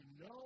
no